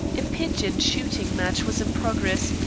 a pigeon-shooting match was in progress,